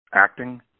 acting